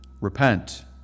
Repent